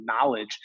knowledge